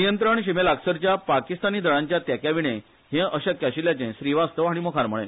नियंत्रण शिमेलागसरच्या पाकिस्तांनी दळांच्या तेक्यांविणे हे अशक्य आशिल्ल्याचे श्रीवास्तव हांणी मुखार म्हळे